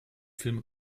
filme